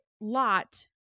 Lot